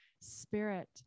Spirit